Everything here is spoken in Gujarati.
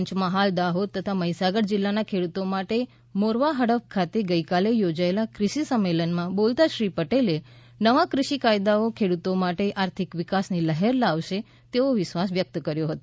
પંચમહાલ દાહોદ તથા મહિસાગર જિલ્લાના ખેડૂતો માટે મોરવા હડફ ખાતે ગઇકાલે યોજાયેલા ક઼ષિ સંમેલનમાં બોલતા શ્રી પટેલે નવા ક઼ષિ કાયદાઓ ખેડૂતો માટે આર્થિક વિકાસની લહેર લાવશે તેવો વિશ્વાસ વ્યક્ત કર્યો હતો